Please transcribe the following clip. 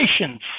patience